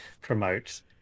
promote